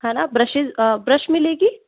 है ना brushes brush मिलेगी